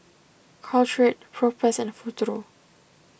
Caltrate Propass and Futuro